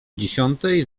dziesiątej